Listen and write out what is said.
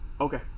Okay